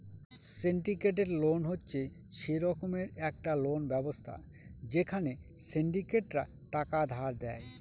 syndicated loan হচ্ছে সে রকমের একটা লোন ব্যবস্থা যেখানে সিন্ডিকেটরা টাকা ধার দেয়